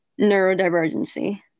neurodivergency